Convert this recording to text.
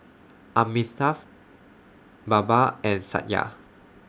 Amitabh Baba and Satya